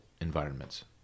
environments